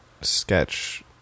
sketch